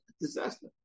Disaster